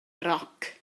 roc